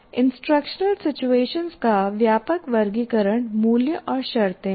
instructional situations का व्यापक वर्गीकरण मूल्य और शर्तें हैं